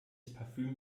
parfüm